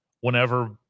whenever